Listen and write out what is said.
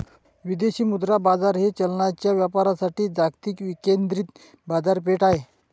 विदेशी मुद्रा बाजार हे चलनांच्या व्यापारासाठी जागतिक विकेंद्रित बाजारपेठ आहे